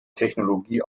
technologie